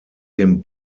dem